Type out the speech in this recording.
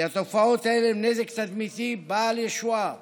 כי התופעות האלה הן נזק תדמיתי בל ישוער